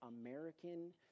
American